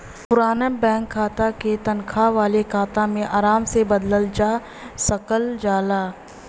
पुराना बैंक खाता क तनखा वाले खाता में आराम से बदलल जा सकल जाला